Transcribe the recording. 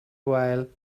while